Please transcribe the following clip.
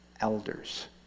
elders